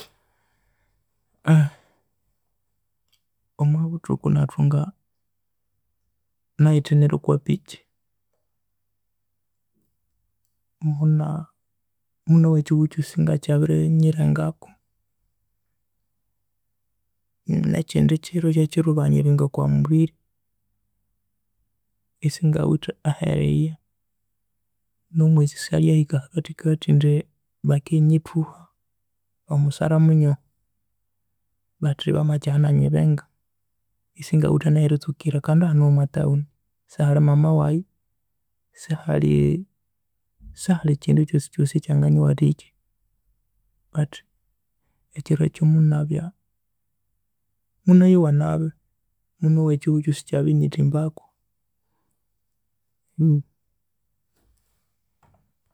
Omwabuthuku nathunga naghithinira okwa piki muna munowa ekihugho ekyosi ngakyabirinyilhengako nekindi kiro kyekiro banyibinga okwa mubiri esingawithe aheriya nomwezi esyalhiahika ahakathikathi indi bakenyithuha omusara munyoho but bamakyagha na nyibinga kandi hanu omwa town sihalhe mama waghe, sihalhe ekindu kyosi kyosi ekyanganyiwathikya but ekiro ekyo munabya munayowa nabi munowa ekihugho ekyosi ekyabinyithimbaku.